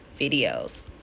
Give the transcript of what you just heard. videos